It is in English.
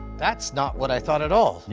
that's not what i thought at all.